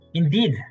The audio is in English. indeed